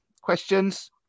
questions